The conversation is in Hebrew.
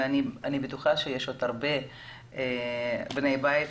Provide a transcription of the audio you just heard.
אני בטוחה שיש עוד הרבה בני בית